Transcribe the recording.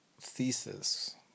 thesis